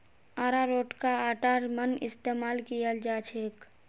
अरारोटका आटार मन इस्तमाल कियाल जाछेक